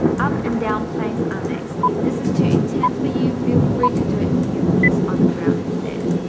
up and down planks are next. if this is too intense but you feel free to do it with your knees on the ground instead